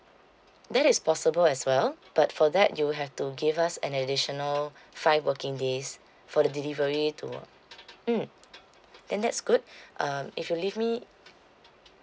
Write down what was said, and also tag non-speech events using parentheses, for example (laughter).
that is possible as well but for that you would have to give us an additional five working days for the delivery to mm then that's good (breath) um if you leave me